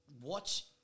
watch